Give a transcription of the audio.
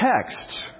text